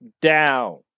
down